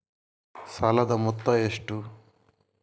ಸಾಲದ ಮೊತ್ತ ಎಷ್ಟು?